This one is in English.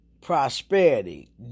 prosperity